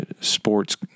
sports